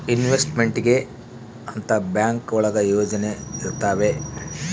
investment ಗೆ ಅಂತ bank ಒಳಗ ಯೋಜನೆ ಇರ್ತವೆ